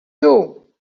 you